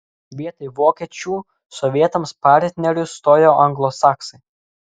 vietoj vokiečių sovietams partneriu stojo anglosaksai